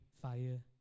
fire